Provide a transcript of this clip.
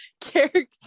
character